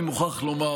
אני מוכרח לומר,